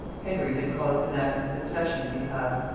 henry had caused an act of succession to be passed,